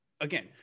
Again